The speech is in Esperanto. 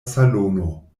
salono